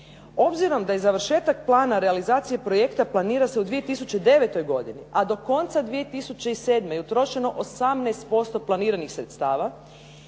"Obzirom da je završetak plana realizacije projekta planira se u 2009. godini a do konca 2007. je utrošeno 18% planiranih sredstava